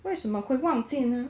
为什么会忘记呢